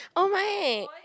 oh my